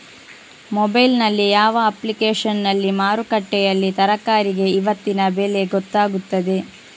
Mobile ನಲ್ಲಿ ಯಾವ ಅಪ್ಲಿಕೇಶನ್ನಲ್ಲಿ ಮಾರುಕಟ್ಟೆಯಲ್ಲಿ ತರಕಾರಿಗೆ ಇವತ್ತಿನ ಬೆಲೆ ಗೊತ್ತಾಗುತ್ತದೆ?